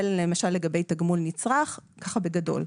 זה למשל לגבי תגמול נצרך, ככה בגדול.